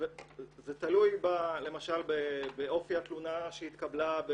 זה תלוי, למשל, באופי התלונה שהתקבלה,